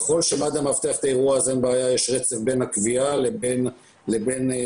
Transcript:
אני רואה שהקו של רונן נפל.